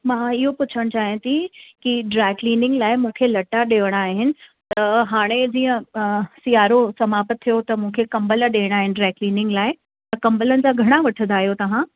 मां इहो पुछण चाहियां थी की ड्राईक्लिनिंग लाइ मूंखे लटा ॾियणा आहिनि त हाणे जीअं सीयारो समाप्त थियो त मूंखे कंबल ॾियणा आहिनि ड्राईक्लिनिंग लाइ त कंबलनि जा घणा वठंदा आहियो तव्हां